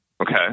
Okay